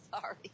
sorry